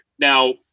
Now